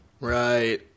Right